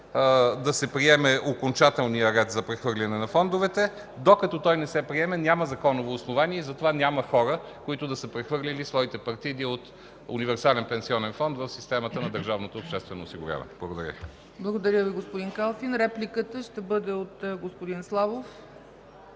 да се приеме окончателния ред за прехвърляне на фондовете. Докато той не се приеме няма законово основание и затова няма хора, които да са прехвърлили своите партиди от универсален пенсионен фонд в системата на Държавното обществено осигуряване. Благодаря Ви. ПРЕДСЕДАТЕЛ ЦЕЦКА ЦАЧЕВА: Благодаря Ви, господин Калфин. Репликата ще бъде от господин Славов.